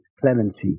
Clemency